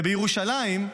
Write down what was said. ובירושלים,